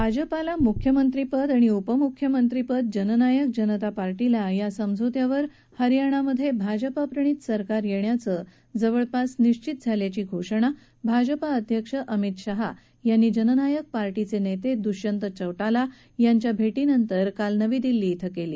भाजपाला मुख्यमंत्रीपद आणि उपमुख्यमंत्रीपद जननायक जनता पार्टीला या समझोत्यावर हरियाणा मध्ये भाजपा प्रणित सरकार येण्याचं जवळपास निबित झाल्याची घोषणा भाजप अध्यक्ष अमित शहा यांनी जननायक पार्टी चे नेते दुष्यन्त चौताला यांच्या भेटी नंतर काल नवी दिल्ली इथं केली